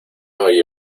oye